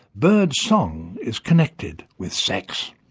birdsong is connected with sex.